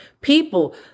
people